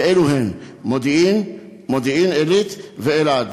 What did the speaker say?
ואלו הן: מודיעין, מודיעין-עילית ואלעד.